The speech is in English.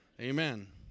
Amen